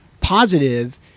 positive